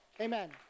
amen